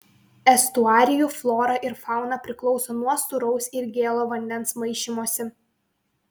estuarijų flora ir fauna priklauso nuo sūraus ir gėlo vandens maišymosi